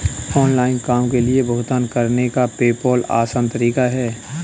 online काम के लिए भुगतान करने का पेपॉल आसान तरीका है